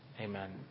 Amen